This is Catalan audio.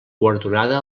guardonada